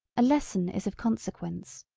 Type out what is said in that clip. a lesson is of consequence.